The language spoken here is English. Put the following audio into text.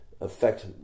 affect